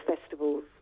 festivals